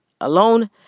alone